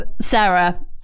Sarah